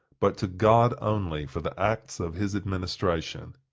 but to god only, for the acts of his administration.